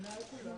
להתראות.